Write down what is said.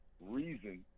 reason